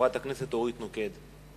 חברת הכנסת אורית נוקד.